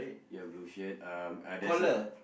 ya blue shirt um uh there's a